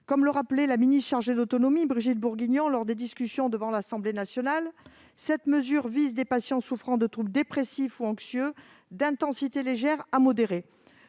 Comme le rappelait la ministre déléguée chargée de l'autonomie, Mme Brigitte Bourguignon, lors des discussions à l'Assemblée nationale, « cette mesure vise des patients souffrant de troubles dépressifs ou anxieux, d'intensité légère à modérée.